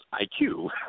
IQ